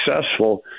successful